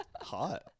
Hot